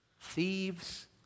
thieves